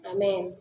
Amen